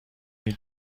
هیچ